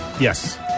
Yes